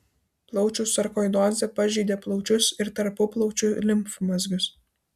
plaučių sarkoidozė pažeidė plaučius ir tarpuplaučių limfmazgius